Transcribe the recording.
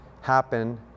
happen